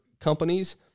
companies